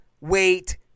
wait